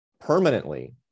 permanently